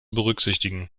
berücksichtigen